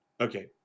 Okay